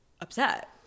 upset